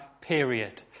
period